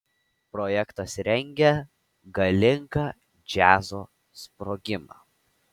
projektas rengia galingą džiazo sprogimą